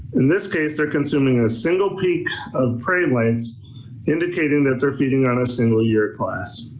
in this case, they're consuming a single peak of prey lights indicating that they're feeding on a single year class.